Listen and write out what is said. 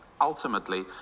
Ultimately